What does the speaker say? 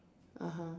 (uh huh)